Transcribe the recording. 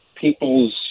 people's